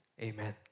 Amen